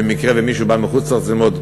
במקרה שמישהו בא מחוץ-לארץ ללמוד,